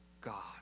God